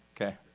Okay